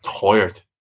tired